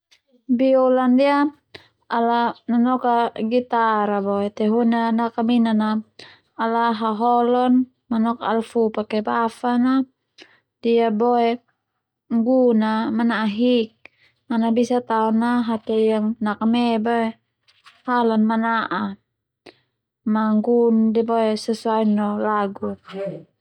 Biola ndia ala nanok a gitar a boe tehuna nakaminan a ala haholon ma nok al fu pake bafan a ndia boe gun manahik ana bisa tao na hatoli yang nakame boe halan mana'a ma gun ndia boe sesuai no lagu.